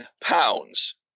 pounds